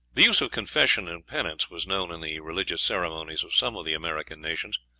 the use of confession and penance was known in the religious ceremonies of some of the american nations.